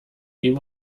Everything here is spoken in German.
ihm